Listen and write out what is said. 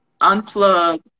unplug